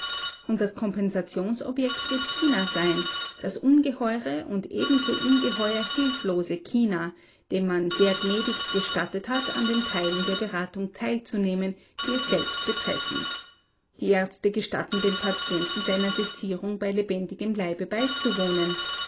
und das kompensationsobjekt wird china sein das ungeheure und ebenso ungeheuer hilflose china dem man sehr gnädig gestattet hat an den teilen der beratung teilzunehmen die es selbst betreffen die ärzte gestatten dem patienten seiner sezierung bei lebendigem leibe beizuwohnen